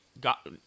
got